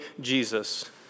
Jesus